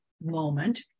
moment